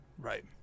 Right